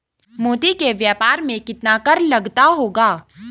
मोती के व्यापार में कितना कर लगता होगा?